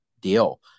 deal